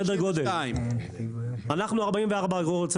אנחנו מקבלים סדר גודל של 44 אגורות.